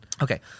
Okay